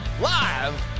live